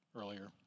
earlier